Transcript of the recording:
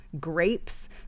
grapes